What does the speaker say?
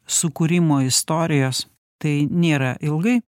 sukūrimo istorijos tai nėra ilgai